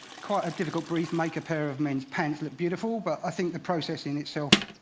quite a difficult brief, make a pair of men's pants look beautiful. but i think the process, in itself,